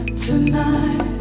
tonight